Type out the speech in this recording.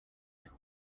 were